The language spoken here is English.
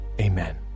amen